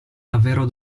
davvero